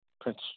Prince